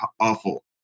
awful